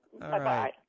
Bye-bye